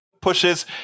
pushes